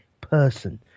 person